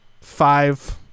five